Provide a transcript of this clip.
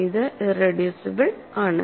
ഇത് ഇറെഡ്യൂസിബിൾ ആണ്